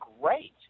great